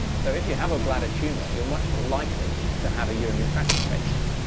so if you have a bladder tumour you're much more likely to have a urinary tract infection.